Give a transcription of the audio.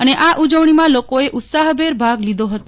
અને આ ઉજવણીમાં લોકોએ ઉત્સાહભેર ભાગ લીધો હતો